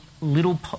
little